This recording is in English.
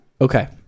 Okay